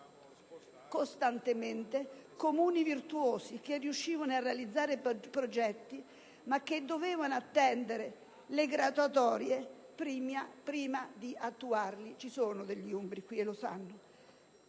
costantemente Comuni virtuosi, che riuscivano a realizzare progetti ma che dovevano attendere le graduatorie prima di attuarli (ci sono alcuni umbri qui, che lo sanno).